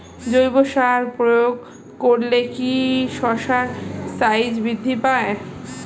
জৈব সার প্রয়োগ করলে কি শশার সাইজ বৃদ্ধি পায়?